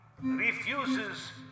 refuses